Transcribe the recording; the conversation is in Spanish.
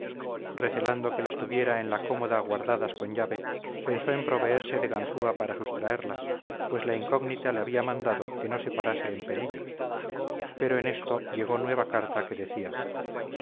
recelando que las tuviera en la cómoda guardadas con llave pensó en proveerse de ganzúa para sustraerlas pues la incógnita le había mandado que no se parase en pelillos pero en esto llegó nueva carta que decía